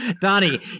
Donnie